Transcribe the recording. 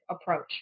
approach